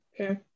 Okay